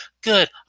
Good